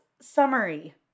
summary